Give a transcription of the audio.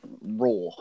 raw